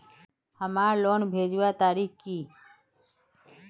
हमार लोन भेजुआ तारीख की?